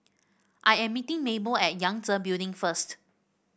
I am meeting Mable at Yangtze Building first